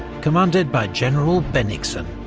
commanded by general bennigsen.